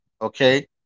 Okay